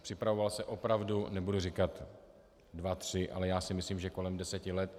Připravoval se opravdu nebudu říkat dva, tři, ale já si myslím, že kolem deseti let.